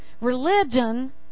Religion